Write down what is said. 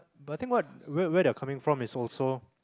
but I think what where where they're coming from is also